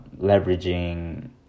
leveraging